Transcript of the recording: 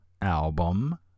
album